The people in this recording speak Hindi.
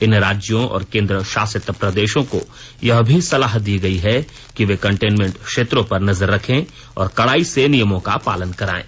इन राज्यों और केन्द्र शासित प्रदेशों को यह भी सलाह दी गई है कि वे कंटेनमेंट क्षेत्रों पर नजर रखें और कड़ाई से निमयों का पालन कराएं